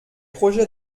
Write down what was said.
projets